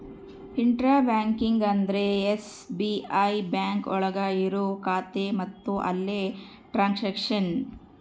intra banking ಅಂದ್ರೆ SBI bank ಒಳಗ ಇರೋ ಖಾತೆ ಮತ್ತು ಅಲ್ಲೇ ಟ್ರನ್ಸ್ಯಾಕ್ಷನ್